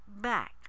back